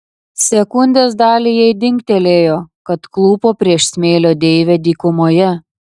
sekundės dalį jai dingtelėjo kad klūpo prieš smėlio deivę dykumoje